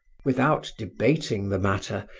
without debating the matter,